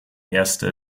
erste